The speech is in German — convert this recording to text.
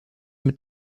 mit